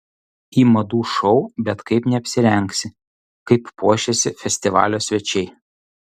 į madų šou bet kaip neapsirengsi kaip puošėsi festivalio svečiai